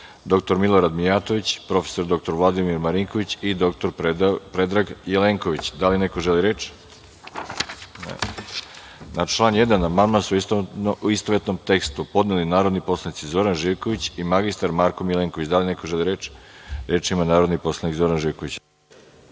dr Milorad Mijatović, prof. dr Vladimir Marinković i dr Predrag Jelenković. Da li neko želi reč? (Ne)Na član 1. amandman su istovetnom tekstu podneli narodni poslanici Zoran Živković i mr Marko Milenković. Da li neko želi reč? Reč ima narodni poslanik Zoran Živković.